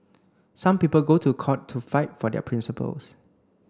some people go to court to fight for their principles